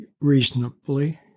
reasonably